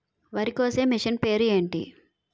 వరి కోసే మిషన్ పేరు ఏంటి